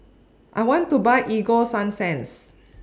I want to Buy Ego Sunsense